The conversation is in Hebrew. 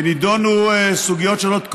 נדונו סוגיות שונות,